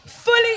Fully